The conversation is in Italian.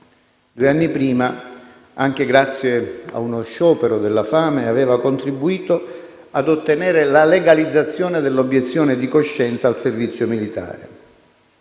Due anni prima, anche grazie ad uno sciopero della fame, aveva contribuito ad ottenere la legalizzazione dell'obiezione di coscienza al servizio militare.